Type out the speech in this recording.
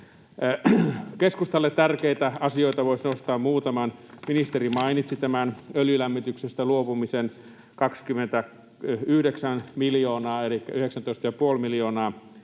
Keskustalle tärkeitä asioita voisi nostaa muutaman. Ministeri mainitsi tämän öljylämmityksestä luopumisen 29 miljoonaa elikkä 19,5 miljoonaa